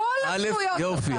אני רוצה.